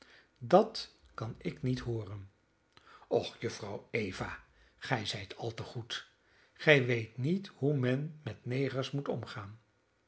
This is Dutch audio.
dat kan ik niet hooren och jongejuffrouw eva gij zijt al te goed gij weet niet hoe men met negers moet omgaan